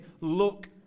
look